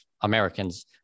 Americans